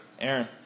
Aaron